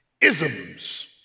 isms